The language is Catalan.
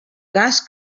cas